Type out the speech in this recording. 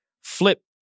flip